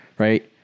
Right